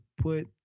put